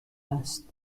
است